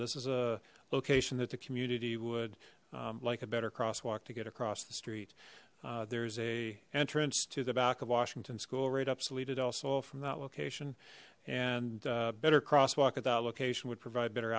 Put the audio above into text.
this is a location that the community would like a better crosswalk to get across the street there's a entrance to the back of washington school right up salina del sol from that location and a better crosswalk at that location would provide better